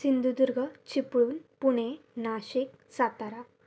Sindhudurg Chiplun Pune Nashik Satara